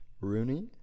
rooney